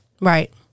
Right